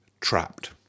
trapped